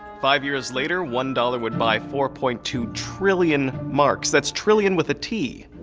five years later, one dollar would buy four point two trillion marks! that's trillion, with a t!